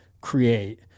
create